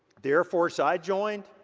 the air force i joined.